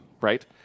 right